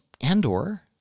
Andor